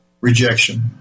rejection